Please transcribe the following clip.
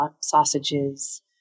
sausages